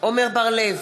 עמר בר-לב,